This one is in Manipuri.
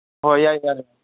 ꯍꯣꯏ ꯌꯥꯏ ꯌꯥꯏ